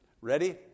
ready